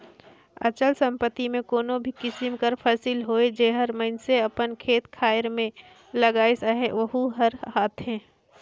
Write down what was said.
अचल संपत्ति में कोनो भी किसिम कर फसिल होए जेहर मइनसे अपन खेत खाएर में लगाइस अहे वहूँ हर आथे